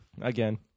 Again